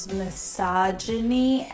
misogyny